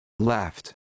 Left